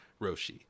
Roshi